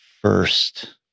first